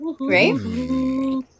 Right